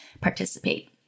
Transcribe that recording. participate